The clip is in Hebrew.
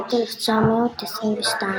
משנת 1922,